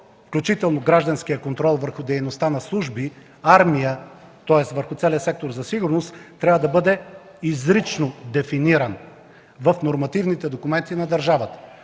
включително гражданският контрол върху дейността на службите, армията, тоест, върху целия сектор за сигурност, трябва да бъде изрично дефиниран в нормативните документи на държавата.